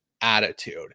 attitude